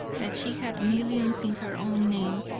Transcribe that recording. that she had millions in her own name,